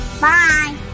Bye